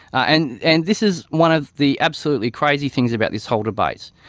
and and this is one of the absolutely crazy things about this whole debate.